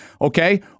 okay